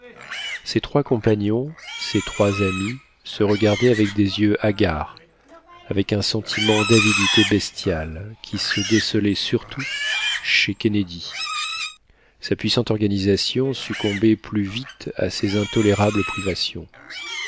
ces trois compagnons ces trois amis se regardaient avec des yeux hagards avec un sentiment d'avidité bestiale qui se décelait surtout chez kennedy sa puissante organisation succombait plus vite à ces intolérables privations